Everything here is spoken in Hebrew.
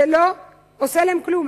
זה לא עושה להם כלום.